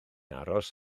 aros